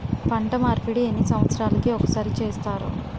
పంట మార్పిడి ఎన్ని సంవత్సరాలకి ఒక్కసారి చేస్తారు?